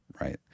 Right